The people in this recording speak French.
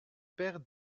père